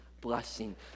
blessing